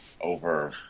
over